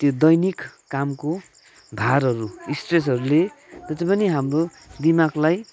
त्यो दैनिक कामको भारहरू स्ट्रेसहरूले जति पनि हाम्रो दिमागलाई